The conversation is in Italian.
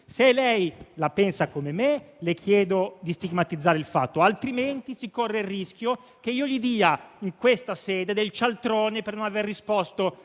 Se lei la pensa come me, le chiedo di stigmatizzare il fatto, altrimenti si corre il rischio che io gli dia in questa sede del cialtrone per non aver risposto